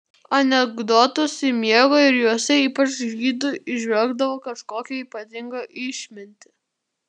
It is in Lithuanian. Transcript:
anekdotus ji mėgo ir juose ypač žydų įžvelgdavo kažkokią ypatingą išmintį